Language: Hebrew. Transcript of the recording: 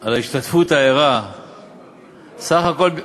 על ההשתתפות הערה סך הכול,